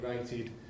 rated